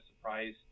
surprise